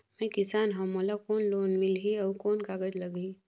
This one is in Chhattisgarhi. मैं किसान हव मोला कौन लोन मिलही? अउ कौन कागज लगही?